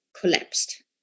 collapsed